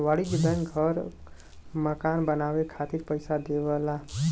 वाणिज्यिक बैंक घर मकान बनाये खातिर पइसा देवला